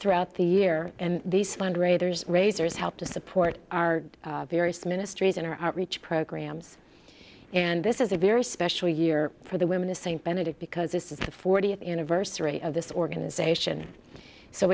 throughout the year and these fundraisers raisers help to support our various ministries in our outreach programs and this is a very special year for the women the st benedict because this is the fortieth anniversary of this organization so